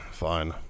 Fine